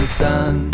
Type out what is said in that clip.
sun